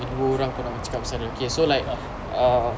dua orang nak cakap pasal ni okay so like uh